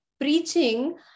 preaching